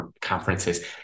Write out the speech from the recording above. conferences